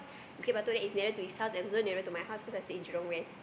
Bukit-Batok there is nearest to his house and also nearer to my house cause I stay in Jurong-West